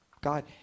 God